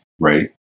right